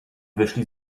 wyszli